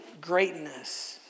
greatness